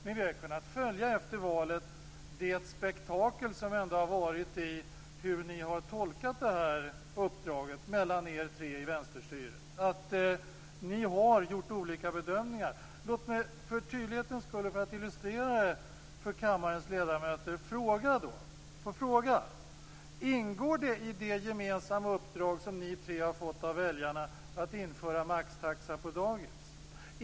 Men vi har ju efter valet kunnat följa spektaklet med hur ni tre i vänsterstyret har tolkat det här uppdraget. Ni har gjort olika bedömningar. Låt mig för tydlighetens skull, och för att illustrera detta för kammarens ledamöter, fråga: Ingår det i det gemensamma uppdrag som ni tre har fått av väljarna att införa maxtaxa på dagis?